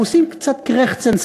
הם עושים קצת קרעכצן,